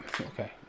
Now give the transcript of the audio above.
okay